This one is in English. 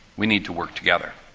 we need to work together.